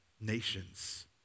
nations